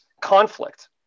conflict